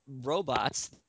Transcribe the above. robots